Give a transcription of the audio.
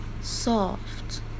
Soft